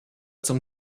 zum